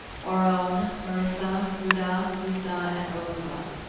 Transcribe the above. orone, marissa, rudda, lussa, and oruba.